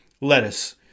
Lettuce